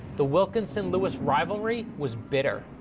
the wilkinson-lewis rivalry was bitter.